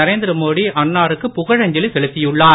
Narendra Modi அன்னாருக்குப்புகழஞ்சலிசெலுத்தியுள்ளார்